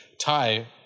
tie